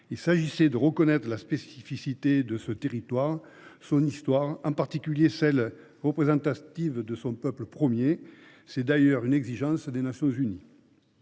Il s’agissait de reconnaître la spécificité de ce territoire, son histoire et la représentativité de son peuple premier. C’est d’ailleurs une exigence des Nations unies.